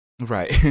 Right